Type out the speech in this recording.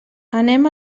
anem